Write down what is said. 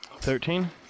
Thirteen